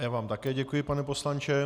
Já vám také děkuji, pane poslanče.